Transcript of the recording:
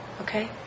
okay